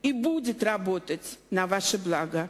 להלן תרגומם לעברית: הכנסת עבדה,